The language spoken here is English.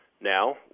Now